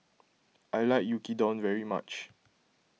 I like Yaki Udon very much